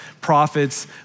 prophet's